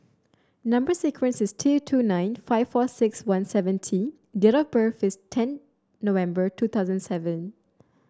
number sequence is T two nine five four six one seven T date of birth is ten November two thousand seven